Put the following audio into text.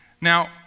Now